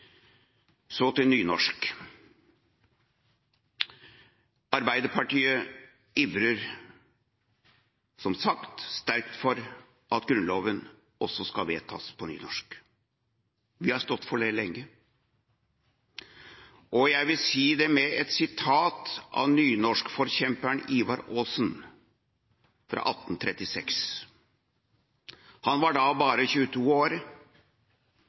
Så til nynorsk. Arbeiderpartiet ivrer som sagt sterkt for at Grunnloven også skal vedtas på nynorsk. Vi har stått for det lenge. Og jeg vil si det med ordene fra nynorskforkjemperen Ivar Aasen i 1836. Han var bare 22 år